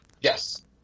Yes